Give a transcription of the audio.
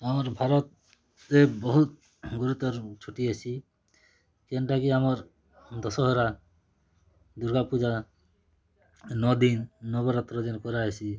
ଆମର ଭାରତରେ ବହୁତ ଗୁରୁତର ଛୁଟି ଆସି ଯେନ୍ଟା କି ଆମର ଦଶହରା ଦୁର୍ଗାପୂଜା ନଅ ଦିନ ନବରାତ୍ର ଯେନ୍ ପରାଅସି